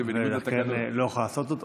ועל כן לא אוכל לעשות זאת.